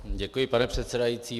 Děkuji, pane předsedající.